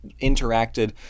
interacted